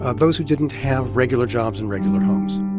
ah those who didn't have regular jobs and regular homes